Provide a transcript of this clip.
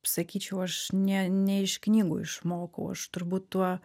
sakyčiau aš ne ne iš knygų išmokau aš turbūt tuo